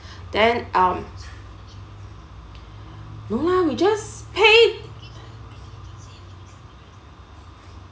then um no lah we just pay